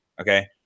okay